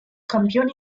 campioni